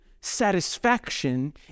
satisfaction